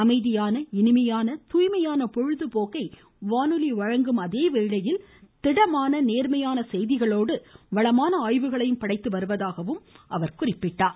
அமைதியான இனிமையான தூய்மையான பொழுது போக்கை வானொலி வழங்கும் அதே வேளையில் திடமான நேர்மையான செய்திகளோடு வளமான ஆய்வுகளையும் படைத்து வருவதாக அவர் சுட்டிக்காட்டினார்